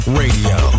radio